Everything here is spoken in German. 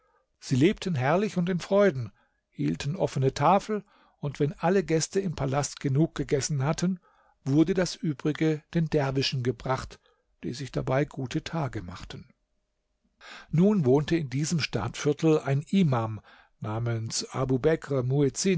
sie lebten herrlich und in freuden hielten offene tafel und wenn alle gäste im palast genug gegessen hatten wurde das übrige den derwischen gebracht die sich dabei gute tage machten nun wohnte in diesem stadtviertel ein imam namens